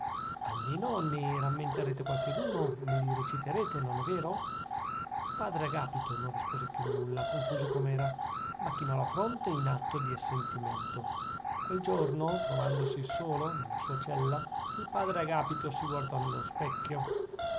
troppo buono almeno ne rammenterete qualcheduno me li reciterete non è vero il padre agapito non rispose più nulla confuso com'era ma chinò la fronte in atto di assentimento quel giorno trovandosi solo nella sua cella il padre agapito si guardò nello specchio